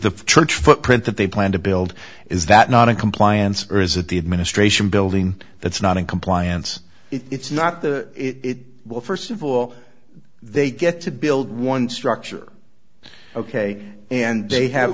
the church footprint that they plan to build is that not in compliance or is it the administration building that's not in compliance it's not the st of all they get to build one structure ok and they have